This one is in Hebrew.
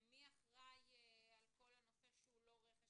מי אחראי על כל הנושא שהוא לא רכש